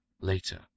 later